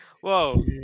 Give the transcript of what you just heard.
Whoa